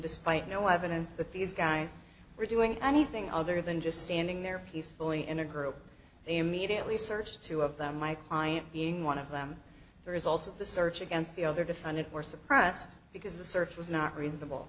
despite no evidence that these guys were doing anything other than just standing there peacefully in a group they immediately searched two of them my client being one of them there is also the search against the other defendant were suppressed because the search was not reasonable